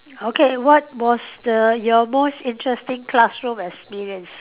okay what was the your most interesting classroom experience